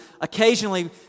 occasionally